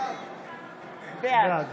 בעד